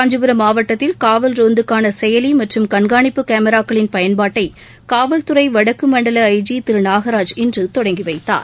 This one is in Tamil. காஞ்சிபுரம் மாவட்டத்தில் காவல் ரோந்துக்கான செயலி மற்றும் கண்காணிப்பு கேமராக்களின் பயன்பாட்டை காவல்துறை வடக்கு மண்டல ஐ ஜி திரு நாகராஜ் இன்று தொடங்கி வைத்தார்